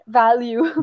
value